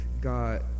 God